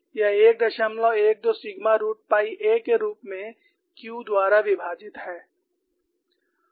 यह 112 sigma root pi a के रूप में Q द्वारा विभाजित है